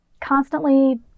constantly